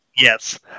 Yes